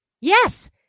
Yes